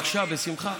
בבקשה, בשמחה.